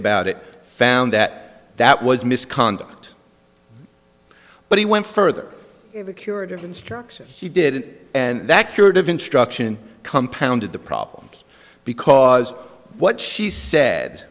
about it found that that was misconduct but he went further curative instruction he did it and that curative instruction compounded the problems because what she said